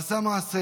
והוא עשה מעשה,